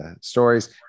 stories